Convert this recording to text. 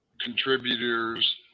contributors